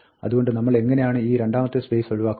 അതുകൊണ്ട് നമ്മൾ എങ്ങിനെയാണ് ഈ രണ്ടാമത്തെ സ്പേസ് ഒഴിവാക്കുക